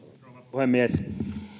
puhemies